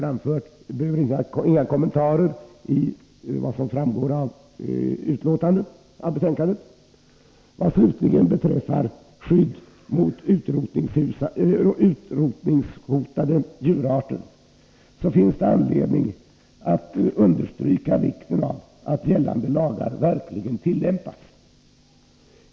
Det behövs inga kommentarer till vad som framgår av betänkandet i dessa punkter. Vad slutligen beträffar skydd mot utrotningshotade djurarter finns det anledning att understryka vikten av att gällande lagar verkligen tillämpas.